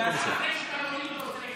(חבר הכנסת גלעד קריב יוצא